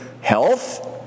health